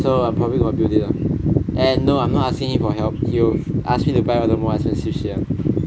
so I'm probably gonna build it and no I'm not asking him for help he will ask me to buy all the more expensive shit [one]